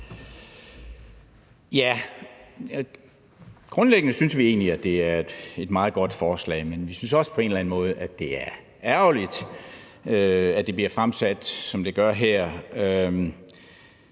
Grundlæggende synes vi egentlig, at det er et meget godt forslag, men vi synes også på en eller anden måde, at det er ærgerligt, at det bliver fremsat, som det gør her.